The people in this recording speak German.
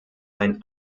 ein